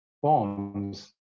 forms